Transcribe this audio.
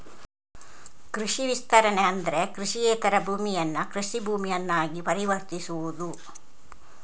ಕೃಷಿ ವಿಸ್ತರಣೆ ಅಂದ್ರೆ ಕೃಷಿಯೇತರ ಭೂಮಿಯನ್ನ ಕೃಷಿ ಭೂಮಿಯನ್ನಾಗಿ ಪರಿವರ್ತಿಸುವುದು